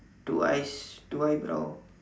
two eyes two eye brow